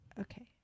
Okay